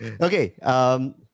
Okay